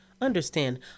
Understand